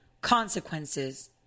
consequences